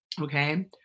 Okay